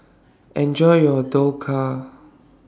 Enjoy your Dhokla